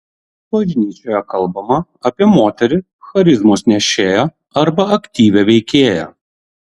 bažnyčioje kalbama apie moterį charizmos nešėją arba aktyvią veikėją